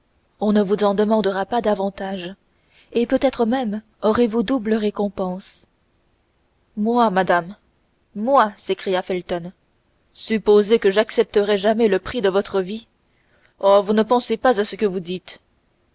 on ne vous en demandera pas davantage et peut-être même aurez-vous double récompense moi madame moi s'écria felton supposer que j'accepterais jamais le prix de votre vie oh vous ne pensez pas ce que vous dites